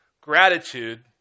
Gratitude